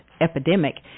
epidemic